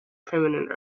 feminine